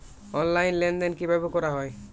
Online লেনদেন কিভাবে করা হয়?